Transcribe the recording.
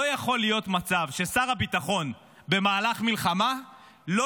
לא יכול להיות מצב ששר הביטחון במהלך מלחמה לא